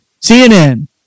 CNN